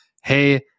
hey